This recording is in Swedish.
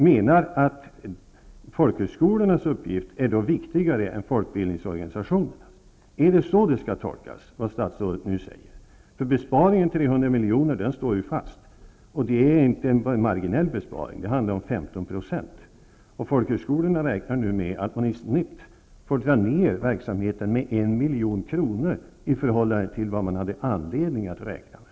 Menar statsrådet att folkhögskolornas uppgift är viktigare än folkbildningsorganisationernas? Skall statsrådets uttalande tolkas på det sättet? Besparingen på 300 milj.kr. står ju fast. Detta är ju inte en marginell besparing, eftersom det rör sig om 15 %. Folkhögskolorna räknar nu med att man genomsnittligt får dra ned verksamheten med 1 milj.kr. i förhållande till vad man hade anledning att utgå ifrån.